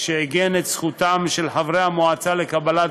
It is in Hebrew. שעיגן את זכותם של חברי המועצה לקבלת